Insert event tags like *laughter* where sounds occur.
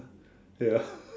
ya *laughs*